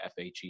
FHE